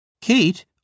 Kate